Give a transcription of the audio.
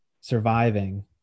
surviving